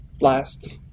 last